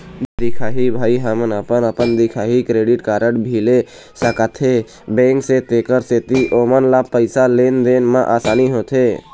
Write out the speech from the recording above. दिखाही भाई हमन अपन अपन दिखाही क्रेडिट कारड भी ले सकाथे बैंक से तेकर सेंथी ओमन ला पैसा लेन देन मा आसानी होथे?